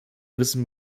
wissen